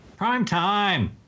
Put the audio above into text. Primetime